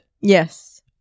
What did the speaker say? Yes